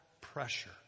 pressure